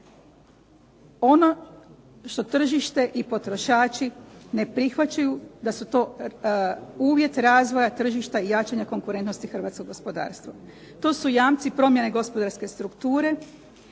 ono što tržište i potrošači ne prihvaćaju da su to uvjet razvoja tržišta i jačanja konkurentnosti hrvatskog gospodarstva. To su jamci promjene gospodarske strukture,